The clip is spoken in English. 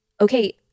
okay